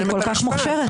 היא כל כך מוכשרת.